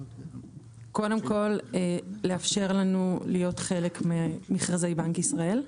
קודם כל לאפשר לנו להיות חלק ממכרזי בנק ישראל.